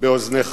באוזניך